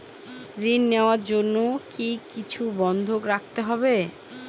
ঋণ নেওয়ার জন্য কি কিছু বন্ধক রাখতে হবে?